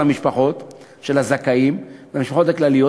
למשפחות של הזכאים והמשפחות הכלליות,